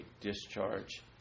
discharge